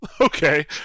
okay